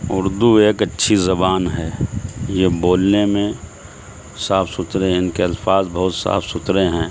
اردو ایک اچھی زبان ہے یہ بولنے میں صاف ستھرے ہیں ان کے الفاظ بہت صاف ستھرے ہیں